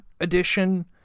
edition